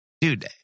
dude